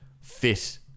fit